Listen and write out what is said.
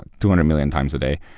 two hundred million times a day.